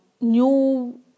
new